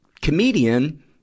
comedian